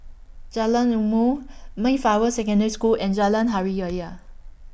Jalan Ilmu Mayflower Secondary School and Jalan Hari Ya Ya